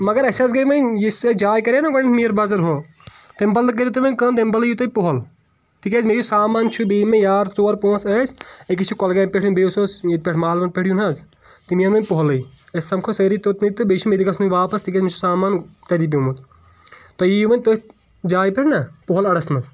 مگر اَسہِ حظ گٔے وۅنی یُس سُہ جایے کرے نا وۅنی میٖر بازر ہُو تَمہِ بدلہٕ کٔرِو تُہی وۅنۍ کٲم تَمہِ بدلہٕ ییو تُہی پۅہل تِکیٛاز مےٚ یُس سامان چھُ بیٚیہِ یِم مےٚ یار ژور پٲنٛژ ٲسۍ أکِس چھِ کۅلگامہٕ پٮ۪ٹھٕ یُن بیٚیِس اوس ییٚتہِ پٮ۪ٹھ مالون پٮ۪ٹھ یُن حظ تِم یِن وۅنۍ پوٚہلُے أسۍ سمکھو سٲرِی توٚتنُے تہٕ بیٚیہِ چھُ مےٚ تہِ گژھنُے واپس تِکیٛازِ مےٚ چھُ سامان تٔتی پٮ۪ومُت تُہی ییو وۅنی تٔتھۍ جایہِ پٮ۪ٹھ نا پۅہل اَڈس منٛز